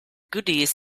goodies